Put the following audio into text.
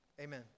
Amen